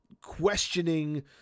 questioning